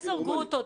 פרופ' גרוטו,